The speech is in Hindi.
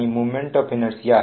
जो kg m2 में है